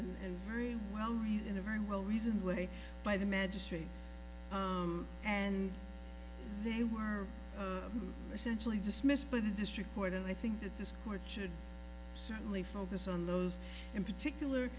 and very well read in a very well reasoned way by the magistrate and they were essentially dismissed by the district court and i think that this court should certainly focus on those in particular